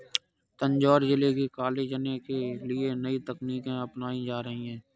तंजौर जिले में काले चने के लिए नई तकनीकें अपनाई जा रही हैं